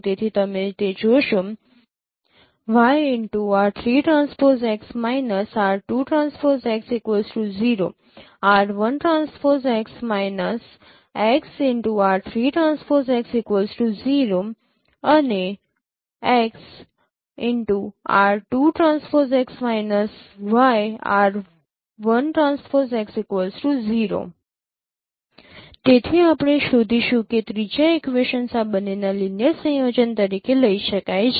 તેથી તમે તે જોશો તેથી આપણે શોધીશું કે ત્રીજા ઇક્વેશનસ આ બંનેના લિનિયર સંયોજન તરીકે લઈ શકાય છે